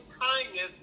kindness